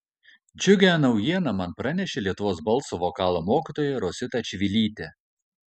džiugią naujieną man pranešė lietuvos balso vokalo mokytoja rosita čivilytė